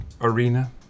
arena